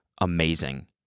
amazing